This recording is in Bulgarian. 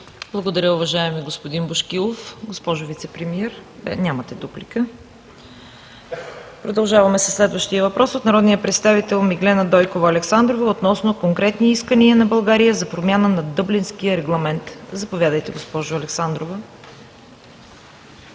Благодаря, уважаеми господин Бошкилов. Госпожо Вицепремиер? Нямате дуплика. Продължаваме със следващия въпрос – от народния представител Миглена Дойкова Александрова, относно конкретни искания на България за промяна на Дъблинския регламент. Заповядайте, госпожо Александрова. МИГЛЕНА